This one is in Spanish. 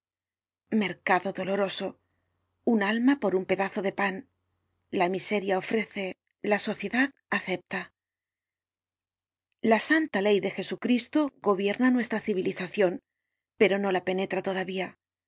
mercado doloroso un alma por un pedazo de pan la miseria ofrece la sociedad acepta la santa ley de jesucristo gobierna nuestra civilizacion pero no la penetra todavía